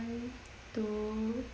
one two